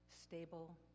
stable